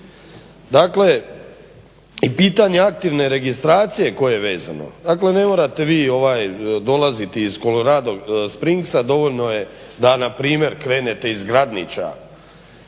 Dakle i pitanja aktivne registracije koje je vezano, dakle ne morate vi dolaziti iz Colorado Springsa, dovoljno je da npr. krenete iz Gradnića